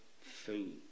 food